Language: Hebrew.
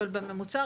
אבל בממוצע,